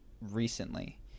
recently